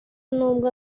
nubwo